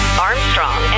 Armstrong